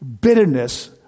bitterness